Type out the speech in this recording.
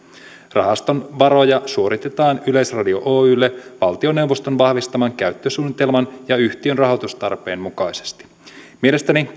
rahaston varoja suoritetaan yleisradio oylle valtioneuvoston vahvistaman käyttösuunnitelman ja yhtiön rahoitustarpeen mukaisesti mielestäni